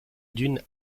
d’une